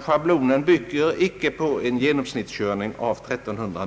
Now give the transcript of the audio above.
Schablonen bygger inte på en privatkörning som genomsnittligt uppgår till 1 300